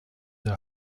der